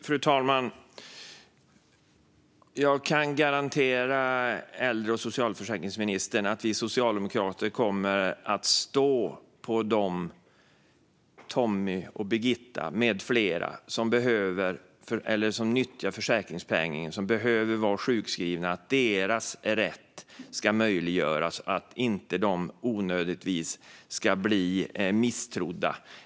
Fru talman! Jag kan garantera äldre och socialförsäkringsministern att vi socialdemokrater kommer att stå på deras sida - Tommy, Birgitta och andra - som nyttjar försäkringspengen och behöver vara sjukskrivna. Deras rätt ska möjliggöras, och de ska inte onödigtvis bli misstrodda.